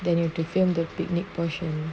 then you have to film the picnic portion